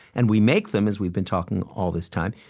and we make them, as we've been talking all this time,